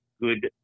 good